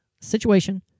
situation